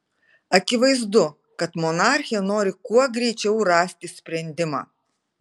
akivaizdu kad monarchė nori kuo greičiau rasti sprendimą